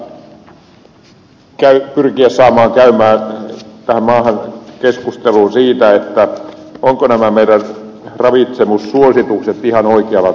meidän kannattaa pyrkiä saamaan tähän maahan keskustelua siitä ovatko nämä meidän ravitsemussuosituksemme ihan oikealla tasolla